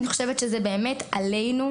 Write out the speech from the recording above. אני חושבת שזה באמת עלינו,